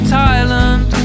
Thailand